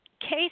case